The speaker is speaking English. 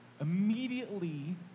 immediately